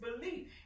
belief